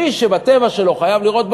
מי שבטבע שלו חייב לראות בעיניים,